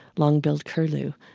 long-billed curlew,